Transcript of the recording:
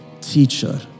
teacher